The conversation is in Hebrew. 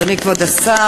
אדוני כבוד השר,